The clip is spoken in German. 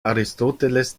aristoteles